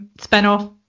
spin-off